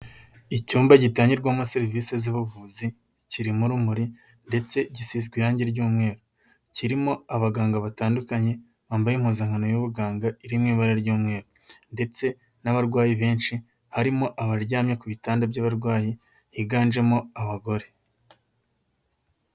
Icyumba gitangirwamo serivisi z'ubuvuzi kirimo urumuri, ndetse gisizwe irangi ry'umweru. Kirimo abaganga batandukanye bambaye impuzankano y'ubuganga iri mu iba ry'umweru, ndetse n'abarwayi benshi harimo abaryamye ku bitanda by'abarwayi higanjemo abagore.